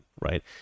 right